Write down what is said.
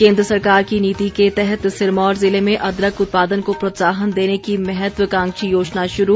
केन्द्र सरकार की नीति के तहत सिरमौर जिले में अदरक उत्पादन को प्रोत्साहन देने की महत्वाकांक्षी योजना शुरू